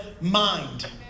mind